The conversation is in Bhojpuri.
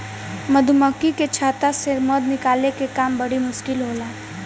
मधुमक्खी के छता से मध निकाले के काम बड़ी मुश्किल होला